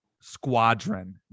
squadron